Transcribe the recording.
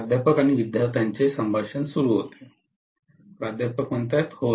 प्राध्यापक विद्यार्थ्यांची संभाषण सुरू होते प्रोफेसर होय